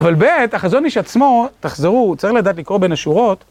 אבל ב, החזון איש עצמו, תחזרו, הוא צריך לדעת לקרוא בין השורות.